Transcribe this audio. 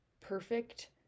perfect